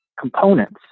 components